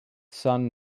son